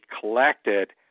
collected